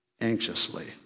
anxiously